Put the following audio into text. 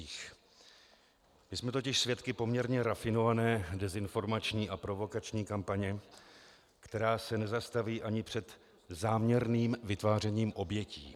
My jsme totiž svědky poměrně rafinované dezinformační a provokační kampaně, která se nezastaví ani před záměrným vytvářením obětí.